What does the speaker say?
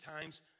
times